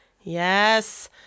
Yes